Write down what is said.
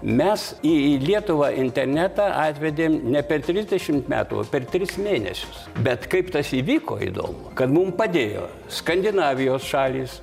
mes į lietuvą internetą atvedėm ne per trisdešimt metų o per tris mėnesius bet kaip tas įvyko įdomu kad mums padėjo skandinavijos šalys